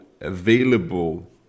available